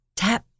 tap